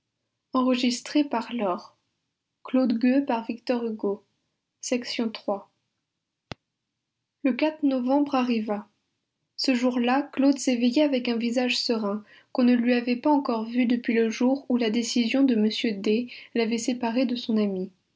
le novembre arriva ce jour-là claude s'éveilla avec un visage serein qu'on ne lui avait pas encore vu depuis le jour où la décision de m d l'avait séparé de son ami